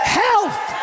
health